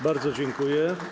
Bardzo dziękuję.